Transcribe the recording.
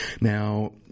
Now